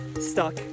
stuck